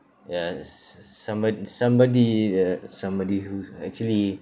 ya s~ s~ somebo~ somebody uh somebody who's actually